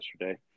yesterday